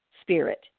spirit